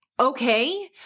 okay